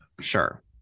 Sure